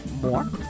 more